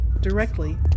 directly